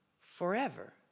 forever